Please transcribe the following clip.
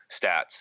stats